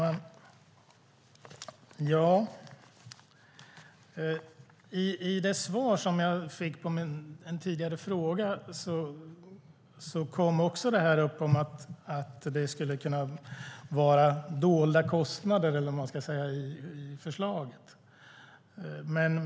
Herr talman! I det svar som jag fick på en tidigare fråga kom det här upp med att det skulle kunna vara dolda kostnader, eller vad man ska kalla det, i förslaget.